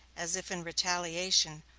as if in retaliation,